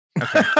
Okay